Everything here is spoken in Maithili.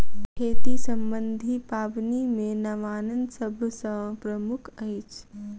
खेती सम्बन्धी पाबनि मे नवान्न सभ सॅ प्रमुख अछि